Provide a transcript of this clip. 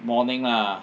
morning lah